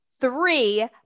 three